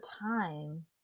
time